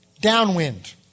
downwind